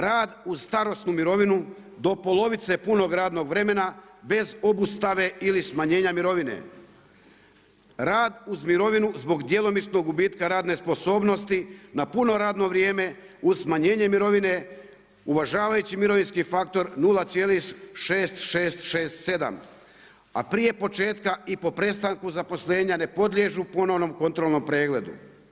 Rad uz starosnu mirovinu do polovice punog radnog vremena bez obustave ili smanjenja mirovine, rad uz mirovinu zbog djelomičnog gubitka radne sposobnosti na puno radno vrijeme uz smanjenje mirovine uvažavajući mirovinski faktor 0,6667, a prije početka i po prestanku zaposlenja ne podliježu ponovnom kontrolnom pregledu.